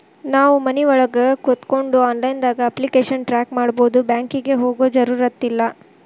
ನಾವು ಮನಿಒಳಗ ಕೋತ್ಕೊಂಡು ಆನ್ಲೈದಾಗ ಅಪ್ಲಿಕೆಶನ್ ಟ್ರಾಕ್ ಮಾಡ್ಬೊದು ಬ್ಯಾಂಕಿಗೆ ಹೋಗೊ ಜರುರತಿಲ್ಲಾ